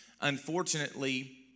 unfortunately